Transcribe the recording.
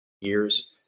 years